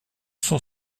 cent